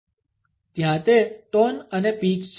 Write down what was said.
ત્યાં તે ટોન અને પીચ છે